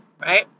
right